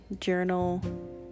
journal